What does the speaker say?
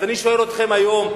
אז אני שואל אתכם היום,